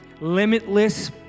limitless